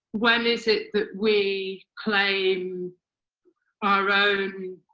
when is it that we claim our own,